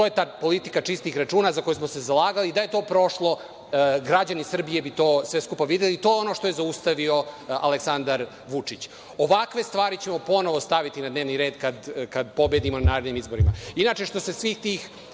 To je ta politika čistih računa za koju smo se zalagali. Da je to prošlo, građani Srbije bi sve to skupa videli i to je ono što je zaustavio Aleksandar Vučić. Ovakve stvari ćemo ponovo staviti na dnevni red, kada pobedimo na narednim izborima. Inače,